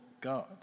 God